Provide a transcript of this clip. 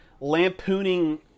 lampooning